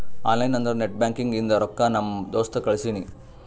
online ಅಂದುರ್ net banking ಇಂದ ರೊಕ್ಕಾ ನಮ್ ದೋಸ್ತ್ ಕಳ್ಸಿನಿ